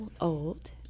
old